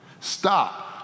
Stop